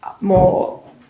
more